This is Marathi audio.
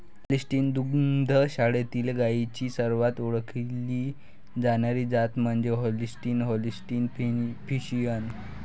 होल्स्टीन दुग्ध शाळेतील गायींची सर्वात ओळखली जाणारी जात म्हणजे होल्स्टीन होल्स्टीन फ्रिशियन